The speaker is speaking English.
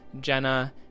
jenna